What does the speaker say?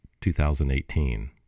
2018